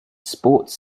sports